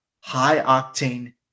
high-octane